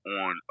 on